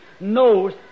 knows